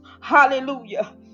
Hallelujah